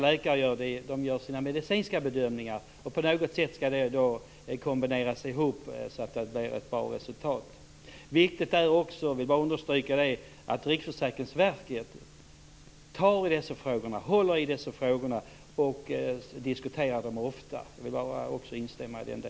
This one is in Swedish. Läkare gör medicinska bedömningar, och på något sätt skall detta kombineras ihop så att det blir ett bra resultat. Jag vill också understryka att det är viktigt att Riksförsäkringsverket tar tag i de här frågorna och diskuterar dem ofta. Det vill jag också instämma i.